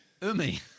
Umi